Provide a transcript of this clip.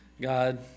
God